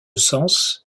sens